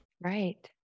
right